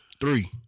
Three